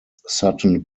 sutton